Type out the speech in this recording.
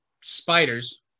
spiders